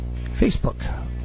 Facebook